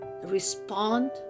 respond